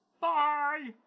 Bye